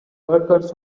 workers